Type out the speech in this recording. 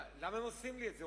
למה אתם עושים לי את זה?